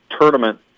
tournament